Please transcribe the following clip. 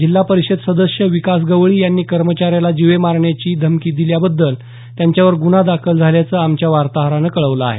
जिल्हा परिषद सदस्य विकास गवळी यांनी कर्मचाऱ्याला जीवे मारण्याची दिल्याबद्दल त्यांच्यावर गुन्हा दाखल झाल्याचं आमच्या वार्ताहरानं कळवलं आहे